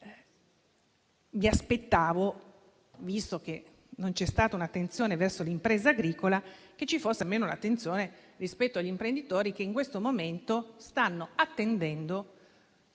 è avvenuto. Visto che non c'è stata attenzione verso l'impresa agricola, mi aspettavo che ci fosse almeno attenzione rispetto agli imprenditori che in questo momento stanno attendendo